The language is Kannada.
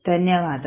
ಧನ್ಯವಾದಗಳು